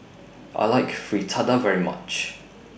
I like Fritada very much